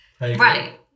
right